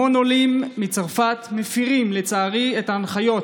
המון עולים מצרפת מפירים, לצערי, את ההנחיות